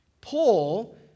Paul